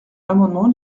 l’amendement